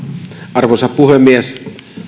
arvoisa puhemies